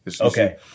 Okay